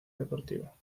deportivo